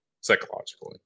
Psychologically